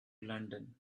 london